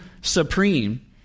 supreme